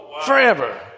forever